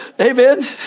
Amen